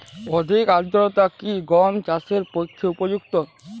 অধিক আর্দ্রতা কি গম চাষের পক্ষে উপযুক্ত?